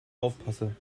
aufpasse